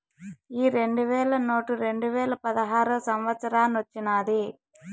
ఈ రెండు వేల నోటు రెండువేల పదహారో సంవత్సరానొచ్చినాది